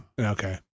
Okay